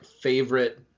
favorite